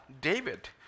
David